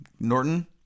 Norton